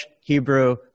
Hebrew